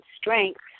strength